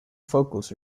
vocals